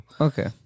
Okay